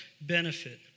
benefit